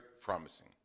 promising